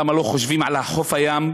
למה לא חושבים על חוף הים,